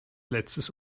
letztes